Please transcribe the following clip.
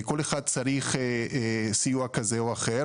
כל אחד צריך סיוע כזה או אחר